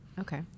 okay